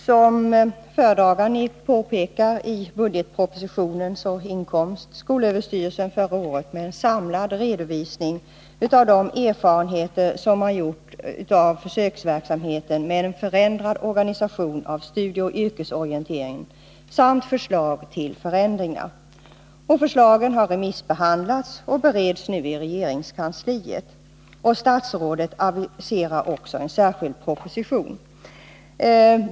Som föredraganden påpekar i budgetpropositionen inkom skolöverstyrelsen förra året med en samlad redovisning av de erfarenheter som har gjorts av försöksverksamheten med en förändrad organisation av studieoch yrkesorienteringen samt förslag till förbättringar. Förslagen har remissbehandlats och bereds nu i regeringskansliet. Statsrådet aviserar också en särskild proposition.